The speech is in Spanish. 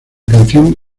canción